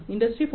0Industry 4